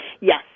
Yes